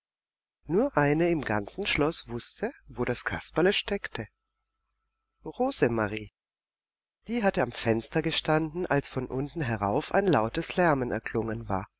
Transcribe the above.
nur eine im ganzen schloß wußte wo das kasperle steckte rosemarie die hatte am fenster gestanden als von unten herauf ein lautes lärmen erklungen war